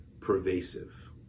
pervasive